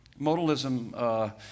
Modalism